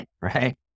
right